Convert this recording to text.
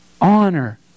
honor